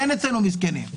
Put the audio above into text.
ואין אצלנו מסכנים,